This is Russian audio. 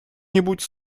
нибудь